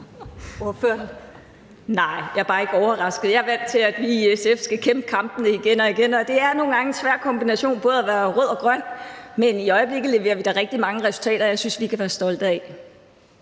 Nej, jeg er bare ikke overrasket. Jeg er vant til, at vi i SF skal kæmpe kampene igen og igen, og det er nogle gange en svær kombination både at være rød og grøn. Men i øjeblikket leverer vi da rigtig mange resultater, jeg synes vi kan være stolte af.